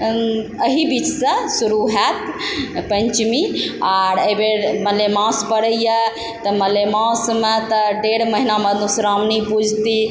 अही बीचसँ शुरू हैत पन्चमी आओर अइ बेर मलेमास पड़इए तऽ मलेमासमे तऽ डेढ़ महीना मधु श्रावणी पूजती